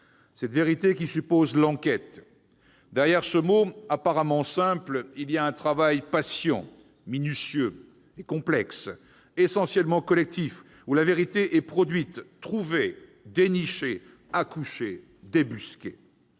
cette vérité qui suppose l'enquête. Derrière ce mot apparemment simple, il y a un travail patient, minutieux et complexe, essentiellement collectif, où la vérité est produite, trouvée, dénichée, accouchée, débusquée